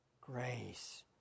Grace